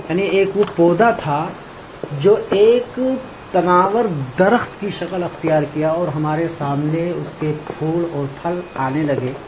یعنی ایک وہ پودا تھا جو ایک تناور درخت کی شکل اختیار کیا اور ہمارے سامنے اس کے پھول اور پھل آنے لگے